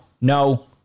no